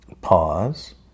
Pause